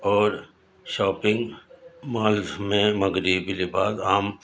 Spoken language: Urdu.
اور شاپنگ مالز میں مغربی لباس عام